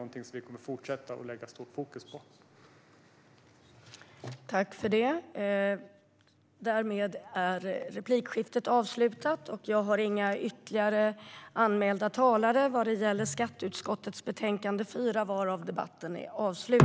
Vi kommer att fortsätta att lägga stort fokus på detta.